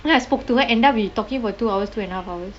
then I spoke to her end up we talking for two hours two and a half hours